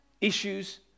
issues